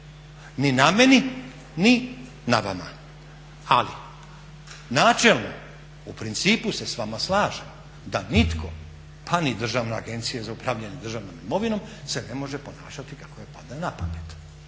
ni na meni, ni na vama. Ali načelno u principu se s vama slažem da nitko pa ni Državna agencija za upravljanje državnom imovinom se ne može ponašati kako joj padne na pamet